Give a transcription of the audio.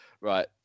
right